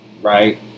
right